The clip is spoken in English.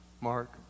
Mark